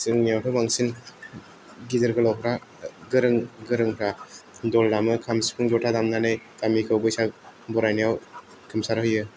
जोंनिआवथ' बांसिन गिदिर गोलावफ्रा गोरों गोरोंफ्रा दल दामो खाम सिफुं जथा दामनानै गामिखौ बैसागु बरायनायाव गोमसारहोयो